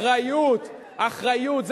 אחריות ניהול הכלכלה, אחריות, אחריות.